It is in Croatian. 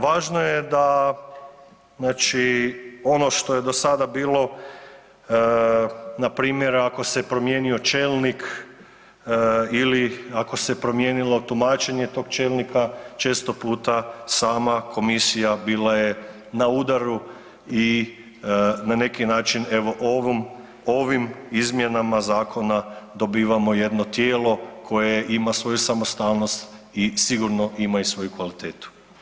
Važno je da znači ono što je do sada bilo npr. ako se promijenio čelnik ili ako se promijenilo tumačenje tog čelnika često puta sama komisija bila je na udaru i na neki način evo ovim izmjenama zakona dobivamo jedno tijelo koje ima svoju samostalnost i sigurno ima i svoju kvalitetu.